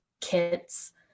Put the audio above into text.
kits